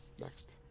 Next